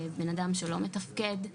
בנאדם שלא מתפקד.